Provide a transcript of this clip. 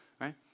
right